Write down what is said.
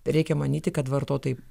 reikia manyti kad vartotojai